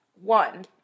One